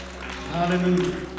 Hallelujah